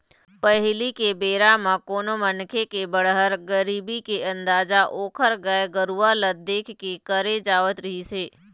पहिली के बेरा म कोनो मनखे के बड़हर, गरीब के अंदाजा ओखर गाय गरूवा ल देख के करे जावत रिहिस हे